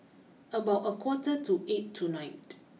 about a quarter to eight tonight